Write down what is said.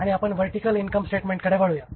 आता आपण vertical income statement कडे वळूया